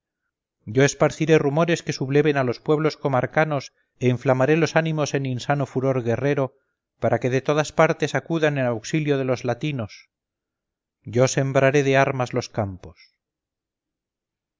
yo esparciré rumores que subleven a los pueblos comarcanos e inflamaré los ánimos en insano furor guerrero para que de todas partes acudan en auxilio de los latinos yo sembraré de armas los campos